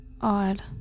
odd